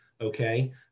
Okay